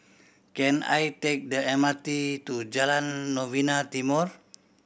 can I take the M R T to Jalan Novena Timor